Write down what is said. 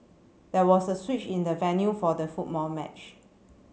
there was a switch in the venue for the football match